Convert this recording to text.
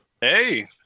Hey